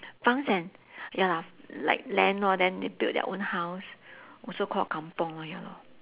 farms and ya lah like land all then they build their own house also called kampung ya lor